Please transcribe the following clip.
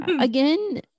again